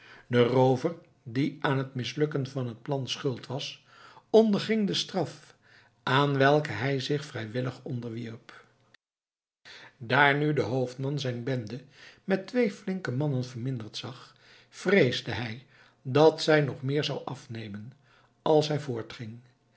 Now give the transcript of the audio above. roover die aan het mislukken van het plan schuld was onderging de straf aan welke hij zich vrijwillig onderwierp daar nu de hoofdman zijn bende met twee flinke mannen verminderd zag vreesde hij dat zij nog meer zou afnemen als hij voortging